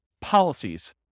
policies